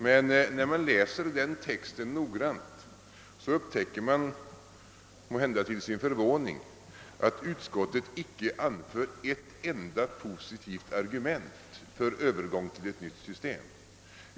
Men när man läser den texten noggrant upptäcker man, måhända till sin förvåning, att utskottet knappast har anfört ett enda positivt argument för övergång till ett nytt system.